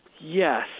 Yes